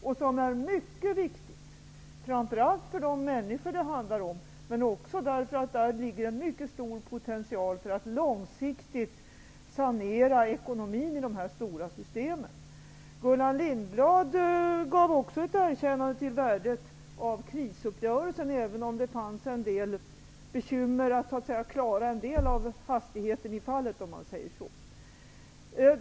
Dessa insatser är mycket viktiga framför allt för de människor som berörs, men också för att där ligger en mycket stor potential för att långsiktigt sanera ekonomin i dessa stora system. Gullan Lindblad gav också ett erkännande till värdet av krisuppgörelsen, även om det fanns en del bekymmer att klara hastigheten i fallet.